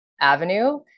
avenue